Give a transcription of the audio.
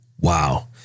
Wow